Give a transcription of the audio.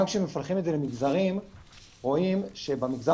גם כשמפלחים את זה למגזרים רואים שבמגזר